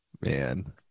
Man